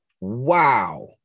Wow